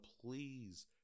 please